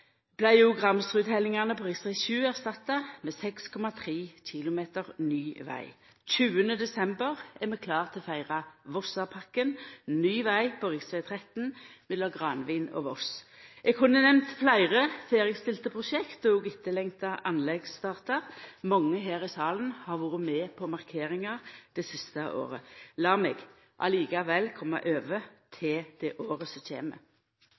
på rv. 7 erstatta med 6,3 km ny veg. 20. desember er vi klare til å feira Vossapakken, ny veg på rv. 13 mellom Granvin og Voss. Eg kunne nemnt fleire ferdigstilte prosjekt og òg etterlengta anleggsstartar. Mange her i salen har vore med på markeringar det siste året. Lat meg likevel gå over til det